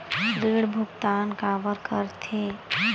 ऋण भुक्तान काबर कर थे?